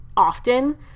often